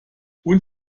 und